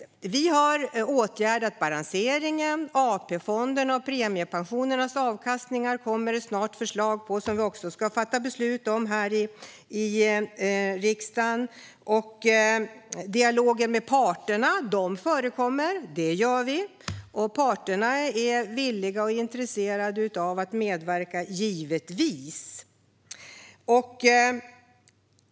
Vi har åtgärdat balanseringen. AP-fonderna och premiepensionernas avkastningar kommer det snart förslag om, som vi ska fatta beslut om här i riksdagen. Det förekommer dialog med parterna, och de är givetvis villiga och intresserade av att medverka.